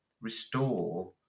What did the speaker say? restore